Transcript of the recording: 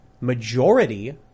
Majority